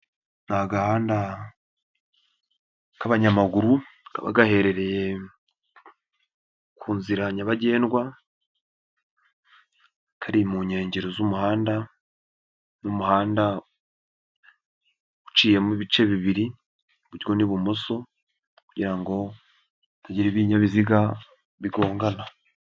Ni agahanda k'abanyamaguru, kaba gaherereye ku nzira nyabagendwa kari mu nkengero z'umuhanda, ni umuhanda uciyemo ibice bibiri iburyo n'ibumoso kugira ngo hatagira ibinyabiziga bigongana.